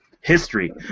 History